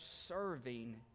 serving